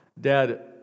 Dad